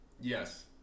Yes